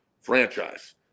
franchise